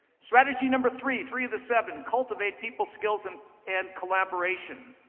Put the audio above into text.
strategy number three, three of the seven, cultivate people skills and and collaboration.